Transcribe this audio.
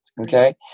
Okay